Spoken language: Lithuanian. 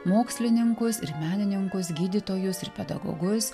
mokslininkus ir menininkus gydytojus ir pedagogus